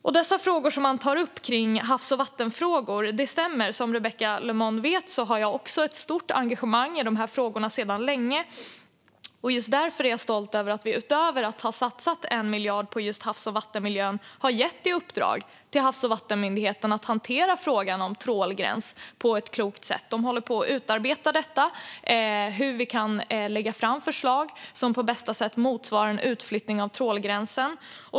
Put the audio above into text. Det som här tas upp när det gäller havs och vattenfrågor stämmer. Som Rebecka Le Moine vet har jag också ett stort engagemang i dessa frågor sedan länge. Därför är jag stolt över att vi utöver att ha satsat 1 miljard på havs och vattenmiljön har gett i uppdrag åt Havs och vattenmyndigheten att hantera frågan om trålgräns på ett klokt sätt. De håller nu på att utarbeta hur vi kan lägga fram förslag som på bästa sätt motsvarar en utflyttning av trålgränsen.